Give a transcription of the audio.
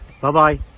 bye-bye